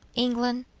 england,